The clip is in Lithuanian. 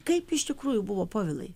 kaip iš tikrųjų buvo povilai